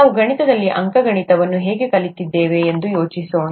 ನಾವು ಗಣಿತದಲ್ಲಿ ಅಂಕಗಣಿತವನ್ನು ಹೇಗೆ ಕಲಿತಿದ್ದೇವೆ ಎಂದು ಯೋಚಿಸೋಣ